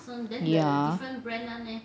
ya